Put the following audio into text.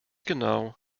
genau